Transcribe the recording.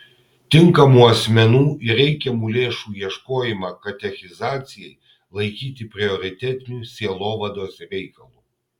tinkamų asmenų ir reikiamų lėšų ieškojimą katechizacijai laikyti prioritetiniu sielovados reikalu